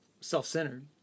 self-centered